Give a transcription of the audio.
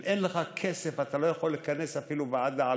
אם אין לך כסף, אתה לא יכול לכנס אפילו ועדה.